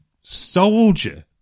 Soldier